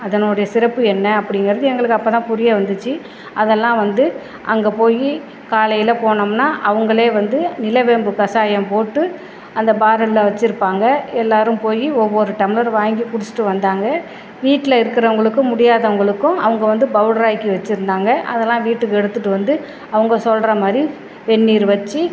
அதனோடைய சிறப்பு என்ன அப்படிங்கறது எங்களுக்கு அப்போதான் புரிய வந்துச்சு அதெல்லாம் வந்து அங்கே போய் காலையில் போனோம்னால் அவங்களே வந்து நிலவேம்பு கஷாயம் போட்டு அந்த பாரலில் வச்சுருப்பாங்க எல்லோரும் போய் ஒவ்வொரு டம்ளர் வாங்கி குடித்துட்டு வந்தாங்க வீட்டில் இருக்கிறவங்களுக்கு முடியாதவங்களுக்கும் அவங்க வந்து பவுட்ராக ஆக்கி வச்சுருந்தாங்க அதெல்லாம் வீட்டுக்கு எடுத்துட்டு வந்து அவங்க சொல்கிற மாதிரி வெந்நீர் வச்சு